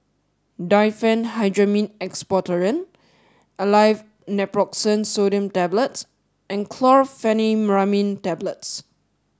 Diphenhydramine Expectorant Aleve Naproxen Sodium Tablets and Chlorpheniramine Tablets